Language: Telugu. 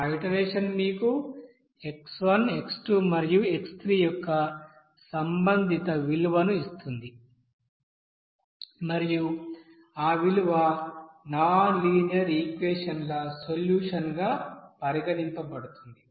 ఆ ఇటరేషన్ మీకుx x మరియు x యొక్క సంబంధిత విలువను ఇస్తుంది మరియు ఆ విలువ నాన్ లీనియర్ ఈక్వెషన్ ల సొల్యూషన్ గా పరిగణించబడుతుంది